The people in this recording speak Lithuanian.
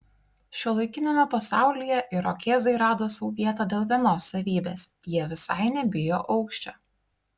šiuolaikiniame pasaulyje irokėzai rado sau vietą dėl vienos savybės jie visai nebijo aukščio